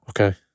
okay